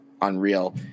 unreal